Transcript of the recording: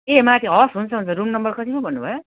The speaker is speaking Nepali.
ए माथि हवस् हुन्छ हुन्छ रुम नम्बर कति पो भन्नुभयो